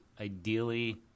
ideally